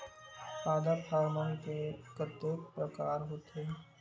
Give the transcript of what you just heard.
पादप हामोन के कतेक प्रकार के होथे?